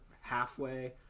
halfway